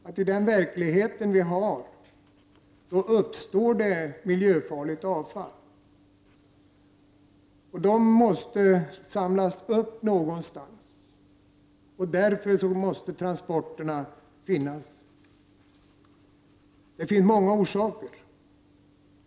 Men i den verklighet vi har uppstår miljöfarligt avfall som måste samlas upp någonstans. Därför måste det finnas transporter. Det finns många orsaker.